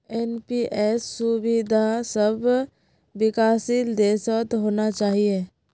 NPS सुविधा सब विकासशील देशत होना चाहिए